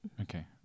Okay